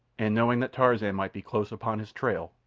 and knowing that tarzan might be close upon his trail,